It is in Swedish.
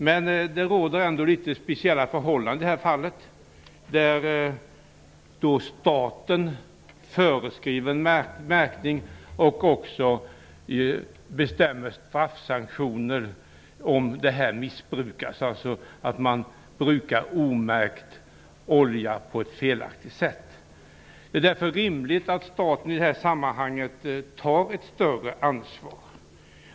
Men det råder ändå litet speciella förhållanden i det här fallet, där staten föreskriver en märkning och också bestämmer straffsanktioner i händelse av missbruk, dvs. att man brukar omärkt olja på ett felaktigt sätt. Det är därför rimligt att staten i det här sammanhanget tar ett större ansvar.